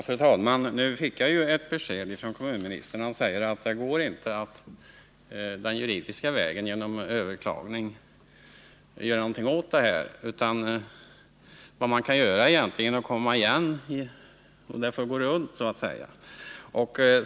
Fru talman! Nu fick jag ett besked från kommunministern. Han säger att det inte går att den juridiska vägen genom överklagning göra någonting åt ett sådant här förhållande. Vad man alltså egentligen kan göra är att komma igen.